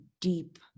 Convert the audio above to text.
deep